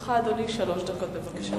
לרשותך שלוש דקות, בבקשה.